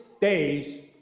days